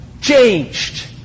changed